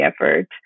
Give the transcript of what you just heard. effort